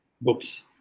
books